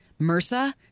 MRSA